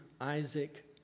Isaac